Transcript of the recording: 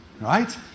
right